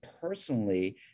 personally